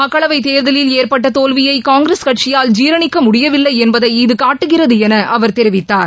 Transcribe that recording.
மக்களவைத் தேர்தலில் ஏற்பட்ட தோல்வியை காங்கிரஸ் கட்சியால் ஜீரணிக்க முடியவில்லை என்பதை இது காட்டுகிறது என அவர் தெரிவித்தார்